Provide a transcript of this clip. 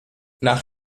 nach